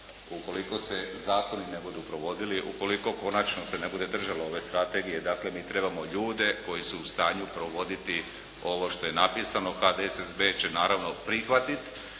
ukoliko se zakoni ne budu provodili, ukoliko konačno se ne bude držalo ove strategije, dakle mi trebamo ljude koji su u stanju provoditi ovo što je napisano. HDSSB će naravno prihvatiti